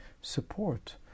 support